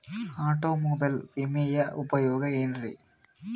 Automobile ವಿಮೆಯ ಉಪಯೋಗ ಏನ್ರೀ?